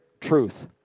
truth